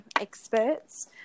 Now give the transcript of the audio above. experts